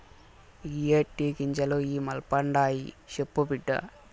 ఇయ్యే టీ గింజలు ఇ మల్పండాయి, సెప్పు బిడ్డా